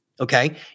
Okay